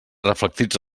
reflectits